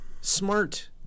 smart